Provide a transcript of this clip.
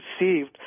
received